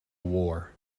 war